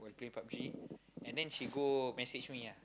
play PUB-G and then she go message me ah